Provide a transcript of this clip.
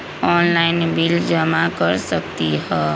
Online bill जमा कर सकती ह?